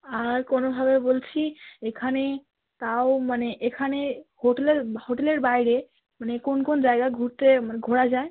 আর কোনোভাবে বলছি এখানে তাও মানে এখানে হোটেলের হোটেলের বাইরে মানে কোন কোন জায়গা ঘুরতে মানে ঘোরা যায়